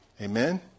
Amen